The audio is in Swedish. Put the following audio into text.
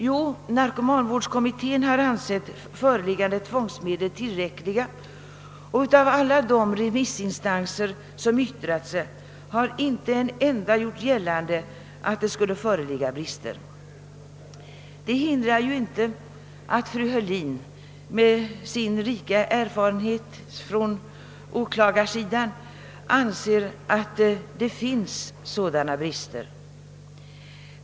Jo, narkomanvårdskommittén har ansett förefintliga tvångsmedel tillräckliga, och av alla de remissinstanser som yttrat sig har inte en enda gjort gällande att brister skulle föreligga. Det hindrar inte att fru Heurlin med sin rika erfarenhet från åklagarsidan anser att det finns sådana brister.